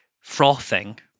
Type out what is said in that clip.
frothing